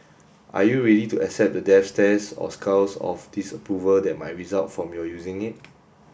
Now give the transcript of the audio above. are you ready to accept the death stares or scowls of disapproval that might result from your using it